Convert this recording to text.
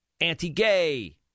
anti-gay